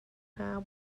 hnga